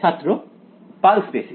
ছাত্র pulse basis